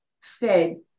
fed